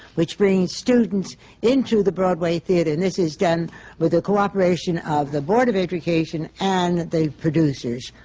which brings students into the broadway theatre. and this is done with the cooperation of the board of education and the producers.